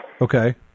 Okay